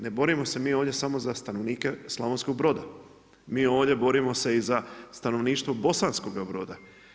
Ne borimo se mi ovdje samo za stanovnike Slavonskog Broda, mi ovdje borimo se i za stanovništvo Bosanskoga Broda.